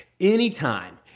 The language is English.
anytime